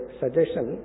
suggestion